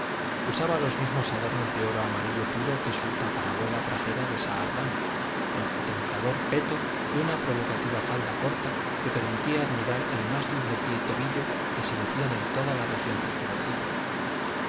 usaba los mismos adornos de oro amarillo puro que su tatarabuela trajera de saardam el tentador peto y una provocativa falda corta que permitía admirar el más lindo pie y tobillo que se lucían en toda la región circunvecina